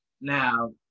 Now